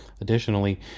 Additionally